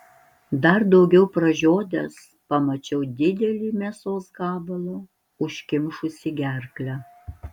dar daugiau pražiodęs pamačiau didelį mėsos gabalą užkimšusį gerklę